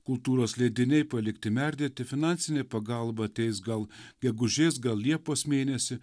kultūros leidiniai palikti merdėti finansinė pagalba ateis gal gegužės gal liepos mėnesį